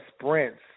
sprints